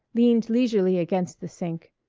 leaned leisurely against the sink.